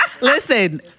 listen